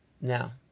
Now